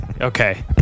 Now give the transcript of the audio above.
okay